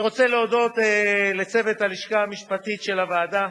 אני רוצה להודות לצוות הלשכה המשפטית של הוועדה,